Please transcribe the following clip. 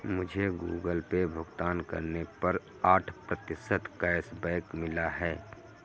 मुझे Google Pay भुगतान करने पर आठ प्रतिशत कैशबैक मिला है